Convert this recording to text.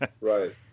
Right